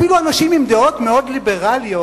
אפילו אנשים עם דעות מאוד ליברליות,